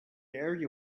area